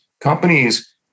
companies